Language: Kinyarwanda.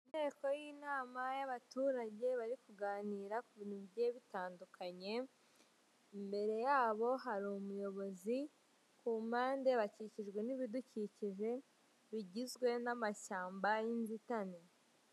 Inteko y'inama y'abaturage bari kuganira ku bintu bigiye bitandukanye; imbere yabo hari umuyobozi; ku mpande bakikijwe n'ibidukikije bigizwe n'amashyamba y'inzitane.